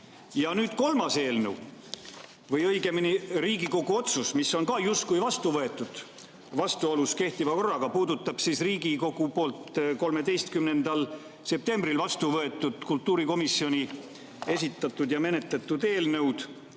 Kolmas eelnõu või õigemini Riigikogu otsus, mis on ka justkui vastu võetud vastuolus kehtiva korraga, puudutab Riigikogu poolt 13. septembril vastu võetud kultuurikomisjoni esitatud ja menetletud eelnõu,